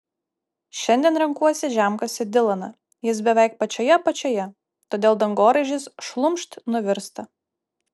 šiandien renkuosi žemkasį dilaną jis beveik pačioje apačioje todėl dangoraižis šlumšt nuvirsta